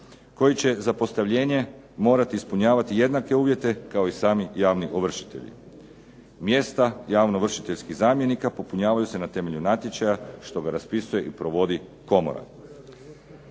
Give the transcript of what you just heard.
koji će za postavljenje morati ispunjavati jednake uvjete kao i sami javni ovršitelji. Mjesta javnoovršiteljskih zamjenika popunjavaju se na temelju natječaja što ga raspisuje i provodi komora.